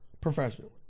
Professional